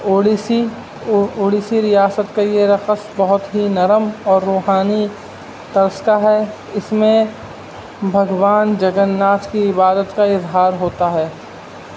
اڑیسی اڑیسی ریاست کا یہ رقص بہت ہی نرم اور روحانی طرز کہ ہے اس میں بھگوان جگنناتھ کی عبادت کا اظہار ہوتا ہے